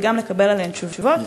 וגם לקבל עליהן תשובות,